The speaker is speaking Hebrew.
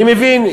אני מבין,